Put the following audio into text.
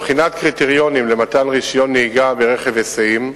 בחינת קריטריונים למתן רשיון נהיגה ברכב היסעים,